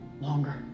longer